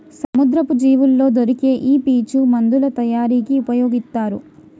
సముద్రపు జీవుల్లో దొరికే ఈ పీచు మందుల తయారీకి ఉపయొగితారు